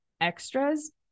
extras